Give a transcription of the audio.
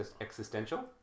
existential